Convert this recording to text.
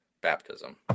baptism